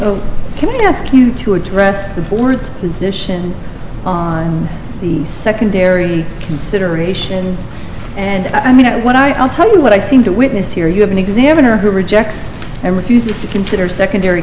you can ask you to address the boards position the secondary consideration and i mean what i'll tell you what i seem to witness here you have an examiner who rejects and refuses to consider secondary